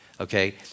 okay